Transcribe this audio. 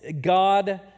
God